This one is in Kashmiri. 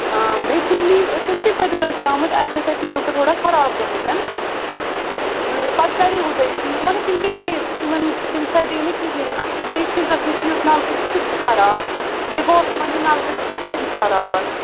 آ بیٚسِکٕلی ٲسوٕ نا تُہۍ پٔتۍمہِ لٹہِ تہِ آمِتۍ اَسہِ ٲس اَتہِ نَلکہٕ تھوڑا خراب گٲمٕتۍ پتہٕ کٔرۍوٕ تۄہہِ ٹھیٖک مگر تِم گٔے بیٚیہِ تِمَن تِم سیٚدے نہٕ کِہیٖنٛۍ اَسہِ چھُ بیٚیہِ سِنکَس نِش یُس نلکٕہ چھُ سُہ تہِ چھُ خراب بیٚیہِ باتھ روٗمَن ہٕنٛدۍ نَلکہٕ تہِ چھِ سٲرِی خراب